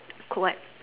cook what